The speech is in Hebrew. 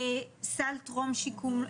סל טרום שיקום.